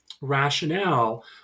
rationale